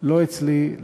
לא אצלי,